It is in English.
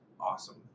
awesome